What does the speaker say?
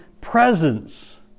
presence